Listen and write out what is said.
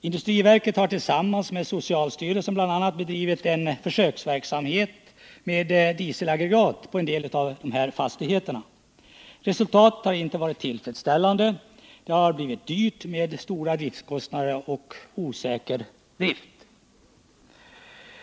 Industriverket har tillsammans med socialstyrelsen bl.a. bedrivit en försöksverksamhet med dieselaggregat på en del av dessa fastigheter. Resultatet har inte varit tillfredsställande. Det har blivit dyrt, med stora driftkostnader och osäker drift.